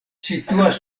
situas